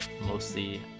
mostly